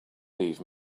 leave